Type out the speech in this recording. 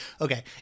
Okay